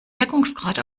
wirkungsgrad